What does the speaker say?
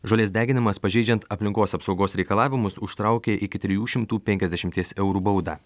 žolės deginimas pažeidžiant aplinkos apsaugos reikalavimus užtraukia iki trijų šimtų penkiasdešimties eurų bauda